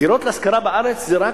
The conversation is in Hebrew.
דירות להשכרה בארץ זה רק,